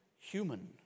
human